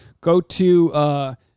go-to